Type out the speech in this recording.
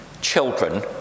children